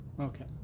Okay